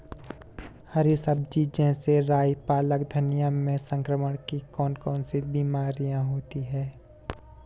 हरी सब्जी जैसे राई पालक धनिया में संक्रमण की कौन कौन सी बीमारियां होती हैं?